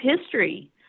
history